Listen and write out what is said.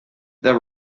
the